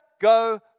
go